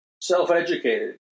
self-educated